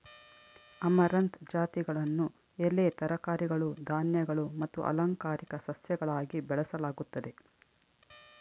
amaranth ಜಾತಿಗಳನ್ನು ಎಲೆ ತರಕಾರಿಗಳು ಧಾನ್ಯಗಳು ಮತ್ತು ಅಲಂಕಾರಿಕ ಸಸ್ಯಗಳಾಗಿ ಬೆಳೆಸಲಾಗುತ್ತದೆ